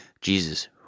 Jesus